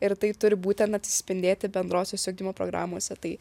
ir tai turi būtent atsispindėti bendrosiose ugdymo programose tai